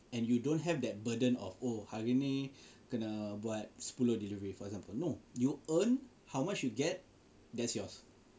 and you don't have that burden of oh hari ini kena buat sepuluh delivery for example no you earn how much you get that's yours